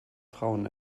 frauen